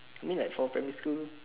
I mean like for primary school